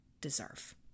deserve